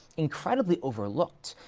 incredibly overlooked.